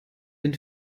den